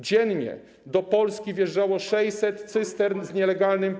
Dziennie do Polski wjeżdżało 600 cystern z nielegalnym paliwem.